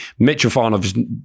mitrofanov